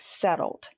settled